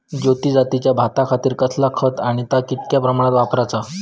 ज्योती जातीच्या भाताखातीर कसला खत आणि ता कितक्या प्रमाणात वापराचा?